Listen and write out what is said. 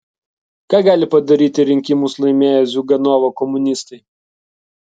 ką gali padaryti rinkimus laimėję ziuganovo komunistai